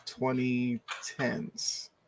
2010s